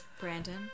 Brandon